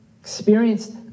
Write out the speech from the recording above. experienced